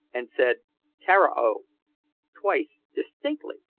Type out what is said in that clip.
and said tararo twice distinctly.